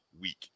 week